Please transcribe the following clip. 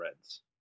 reds